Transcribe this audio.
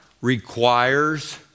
requires